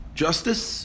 justice